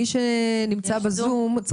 מי שנמצא בזום,